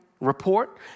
report